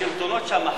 השלטונות שם,